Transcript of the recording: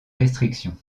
restriction